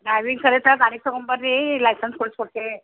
driving ಕಲಿತ ಗಾಡಿ ತೊಗೊಂಬನ್ರೀ ಲೈಸೆನ್ಸ್ ಕೊಡ್ಸಿ ಕೊಡ್ತೇವೆ